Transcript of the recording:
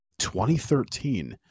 2013